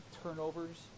turnovers